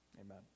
amen